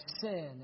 sin